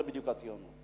זה בדיוק הציונים.